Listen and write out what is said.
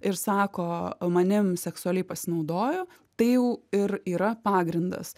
ir sako manim seksualiai pasinaudojo tai jau ir yra pagrindas